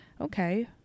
okay